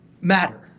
matter